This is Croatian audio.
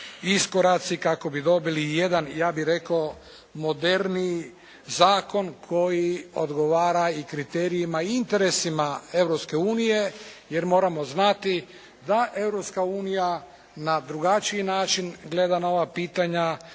iskoraci kako bi dobili jedan ja bih rekao moderniji zakon koji odgovara i kriterijima i interesima Europske unije jer moramo znati da Europska unija na drugačiji način gleda na ova pitanja